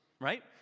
Right